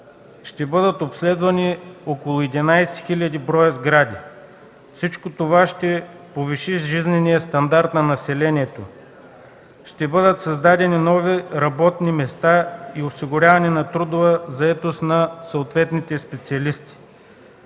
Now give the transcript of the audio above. Ще бъдат обследвани около единадесет хиляди броя сгради. Всичко това ще повиши жизнения стандарт на населението. Ще бъдат създадени нови работни места и осигуряване на трудова заетост на съответните специалисти